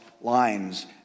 lines